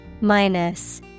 minus